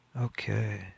Okay